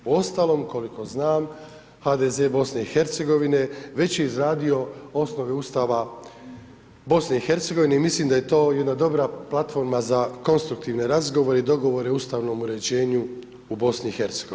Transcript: Uostalom, koliko znam, HDZ BiH već je izradio osnove Ustava BiH i mislim da je to jedna dobra platforma za konstruktivne razgovore i dogovore o ustavnom uređenju u BiH.